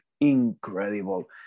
incredible